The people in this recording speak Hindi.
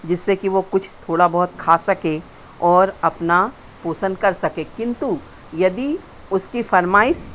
जिससे कि वो कुछ थोड़ा बहुत खा सके और अपना पोषण कर सके किन्तु यदि उसकी फरमाइश